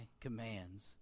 commands